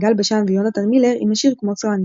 יגאל בשן ויונתן מילר עם השיר "כמו צועני".